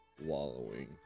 wallowing